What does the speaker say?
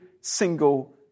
single